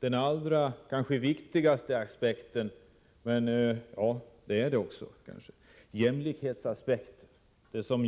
Den kanske allra viktigaste aspekten är jämlikhetsaspekten, som